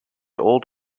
old